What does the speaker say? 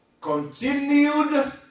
continued